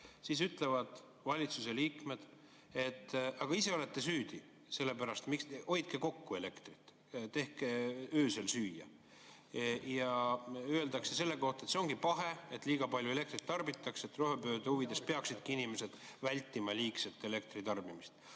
siis ütlevad valitsuse liikmed, et aga ise olete süüdi. Hoidke kokku elektrit, tehke öösel süüa. Ja öeldakse selle kohta, et see ongi pahe, et liiga palju elektrit tarbitakse, et rohepöörde huvides peaksidki inimesed vältima liigset elektri tarbimist.